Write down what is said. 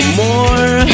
more